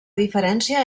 diferència